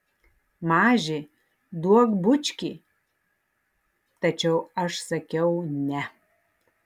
maži duok bučkį tačiau aš sakiau ne